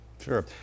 Sure